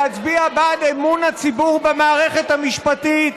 להצביע בעד אמון הציבור במערכת המשפטית,